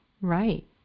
Right